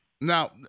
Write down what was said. now